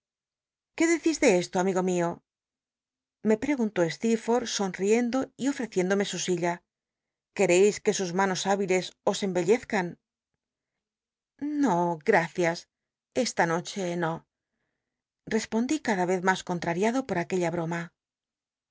qué decis de esto amigo mio me preguntó slecrfor'lh sonriendo y ofreciéndome su silla quereís c ue sus manos mbiles os embellezcan no gracias esta noche no respondí cada vez mas contrariado por aquella bromn